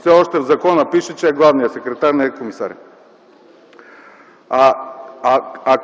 Все още в закона пише, че е главният секретар, а не е комисарят.